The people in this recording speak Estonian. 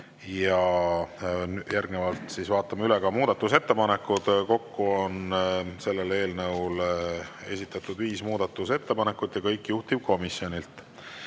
Järgnevalt vaatame üle muudatusettepanekud. Kokku on selle eelnõu kohta esitatud viis muudatusettepanekut, kõik juhtivkomisjonilt.